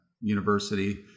university